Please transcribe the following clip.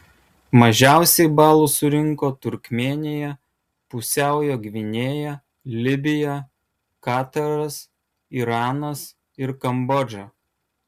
mažiausiai balų surinko turkmėnija pusiaujo gvinėja libija kataras iranas ir kambodža